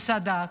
בסד"כ,